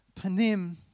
Panim